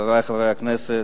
חברי חברי הכנסת,